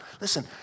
Listen